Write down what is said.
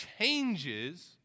changes